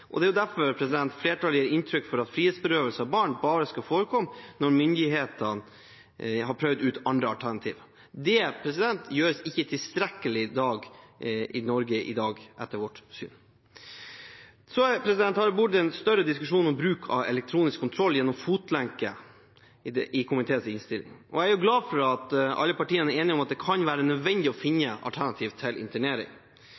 Det er derfor flertallet gir uttrykk for at frihetsberøvelse av barn bare skal forekomme når myndighetene har prøvd ut andre alternativer. Det gjøres ikke i tilstrekkelig grad i Norge i dag etter vårt syn. I komiteens innstilling er det en større diskusjon om bruk av elektronisk kontroll gjennom fotlenke, og jeg er glad for at alle partiene er enige om at det kan være nødvendig å